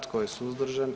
Tko je suzdržan?